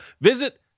Visit